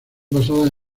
basadas